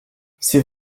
c’est